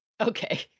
Okay